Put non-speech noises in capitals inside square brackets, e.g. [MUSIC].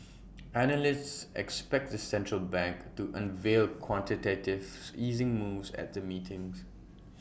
[NOISE] analysts expect the central bank to unveil quantitative [UNINTELLIGIBLE] easing moves at the meetings [NOISE]